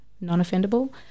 Non-offendable